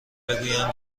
بگویم